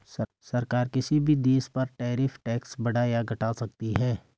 सरकार किसी भी देश पर टैरिफ टैक्स बढ़ा या घटा सकती है